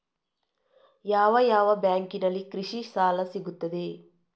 ಯಾವ ಯಾವ ಬ್ಯಾಂಕಿನಲ್ಲಿ ಕೃಷಿ ಸಾಲ ಸಿಗುತ್ತದೆ?